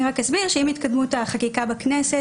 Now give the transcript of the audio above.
עם התקדמות החקיקה בכנסת,